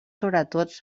sobretot